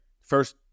first